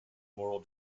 moral